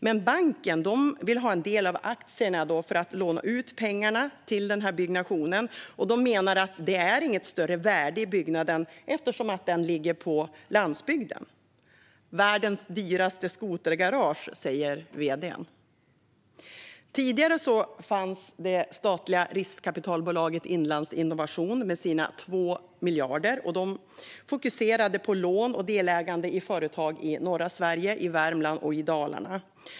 Men banken vill ha en del av aktierna för att låna ut pengar till denna byggnation, eftersom de menar att det inte är något större värde i byggnaden eftersom den ligger på landsbygden. Världens dyraste skotergarage, säger vd:n. Tidigare fanns det statliga riskkapitalbolaget Inlandsinnovation med sina 2 miljarder. De fokuserade på lån och delägande i företag i norra Sverige, i Värmland och i Dalarna.